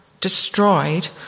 destroyed